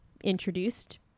introduced